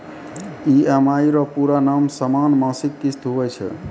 EMI रो पूरा नाम समान मासिक किस्त हुवै छै